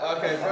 Okay